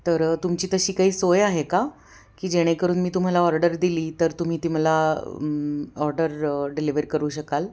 तर तुमची तशी काही सोय आहे का की जेणेकरून मी तुम्हाला ऑर्डर दिली तर तुम्ही ती मला ऑर्डर डिलिव्हर करू शकाल